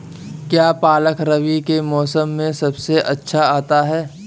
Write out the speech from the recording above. क्या पालक रबी के मौसम में सबसे अच्छा आता है?